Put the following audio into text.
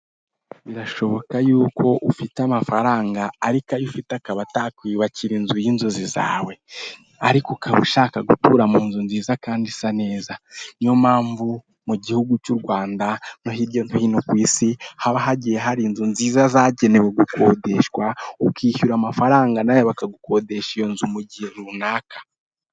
Birashoboka y'uko ufite amafaranga ariko ayo ufite akaba atakubakira inzu y'inzozi zawe ariko ukaba ushaka gutura mu nzu nziza kandi isa neza, niyo mpamvu mu gihugu cy'u Rwanda no hirya no hino ku isi haba hagiye hari inzu nziza zagenewe gukodeshwa, ukishyura amafaranga nawe bakagukodesha iyo nzu mu gihe runaka.